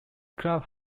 club